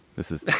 this is the